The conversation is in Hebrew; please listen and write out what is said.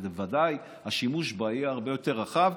בוודאי השימוש בה יהיה הרבה יותר רחב,